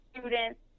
students